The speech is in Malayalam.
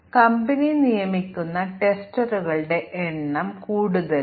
ഇനി നമുക്ക് ഇന്റഗ്രേഷൻ ടെസ്റ്റിംഗ് നോക്കാം